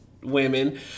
women